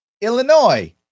Illinois